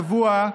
השבוע,